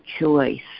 choice